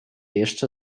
jeszcze